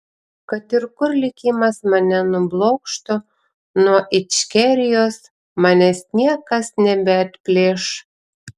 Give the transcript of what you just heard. kad ir kur likimas mane nublokštų nuo ičkerijos manęs niekas nebeatplėš